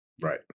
Right